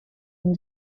een